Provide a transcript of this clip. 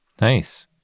Nice